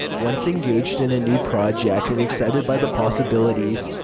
once engaged in a new project and excited by the possibilities,